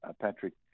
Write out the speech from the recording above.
Patrick